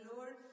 Lord